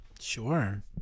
Sure